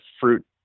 fruit